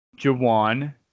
Jawan